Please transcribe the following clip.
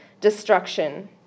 destruction